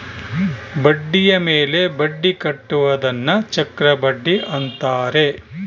ಬಡ್ಡಿಯ ಮೇಲೆ ಬಡ್ಡಿ ಕಟ್ಟುವುದನ್ನ ಚಕ್ರಬಡ್ಡಿ ಅಂತಾರೆ